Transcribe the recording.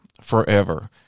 Forever